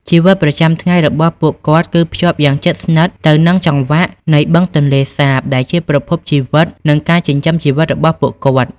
ជីវិតប្រចាំថ្ងៃរបស់ពួកគាត់ គឺភ្ជាប់យ៉ាងជិតស្និទ្ធទៅនឹងចង្វាក់នៃបឹងទន្លេសាប ដែលជាប្រភពជីវិតនិងការចិញ្ចឹមជីវិតរបស់ពួកគេ។